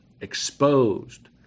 exposed